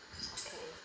okay